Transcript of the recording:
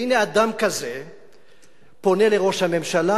והנה אדם כזה פונה לראש הממשלה,